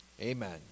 Amen